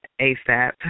ASAP